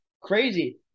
Crazy